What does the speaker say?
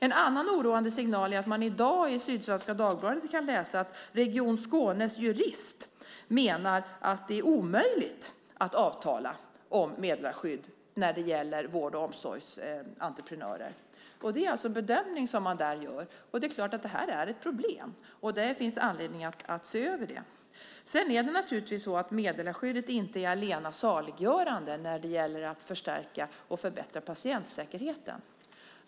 En annan oroande signal är att man i dag i Sydsvenska Dagbladet kan läsa att Region Skånes jurist menar att det är omöjligt att avtala om meddelarskydd när det gäller entreprenörer för vård och omsorg. Det är en bedömning som görs där. Det är ett problem. Det finns anledning att se över det. Meddelarskyddet är inte allena saliggörande när det gäller att förstärka och förbättra patientsäkerheten.